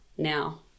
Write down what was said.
Now